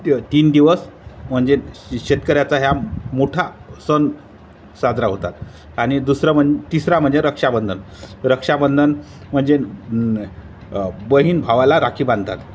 ती तीन दिवस म्हणजे श शेतकऱ्याचा ह्या मोठा सन साजरा होतात आणि दुसरं म्हण तिसरा म्हणजे रक्षाबंधन रक्षाबंधन म्हणजे बहीण भावाला राखी बांधतात